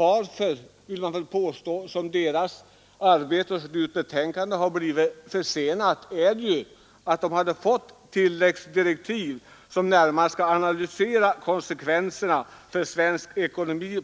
Att dess arbete och slutbetänkande har blivit försenat beror ju på att utredningen fått tilläggsdirektiv som närmast går ut på att utredningen skall analysera konsekvenserna för svensk ekonomi